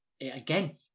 Again